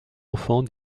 enfant